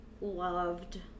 loved